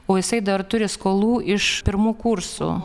o jisai dar turi skolų iš pirmų kursų